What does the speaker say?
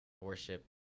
worship